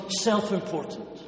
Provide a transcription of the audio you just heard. self-important